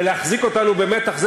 ולהחזיק אותנו במתח,